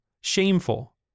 shameful